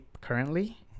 currently